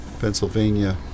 Pennsylvania